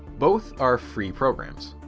both are free programs.